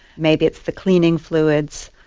maybe it's the cleaning fluids,